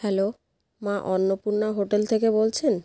hello মা Annapurna hotel থেকে বলছেন